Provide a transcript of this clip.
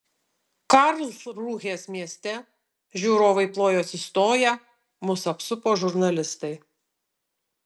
karlsrūhės mieste žiūrovai plojo atsistoję mus apsupo žurnalistai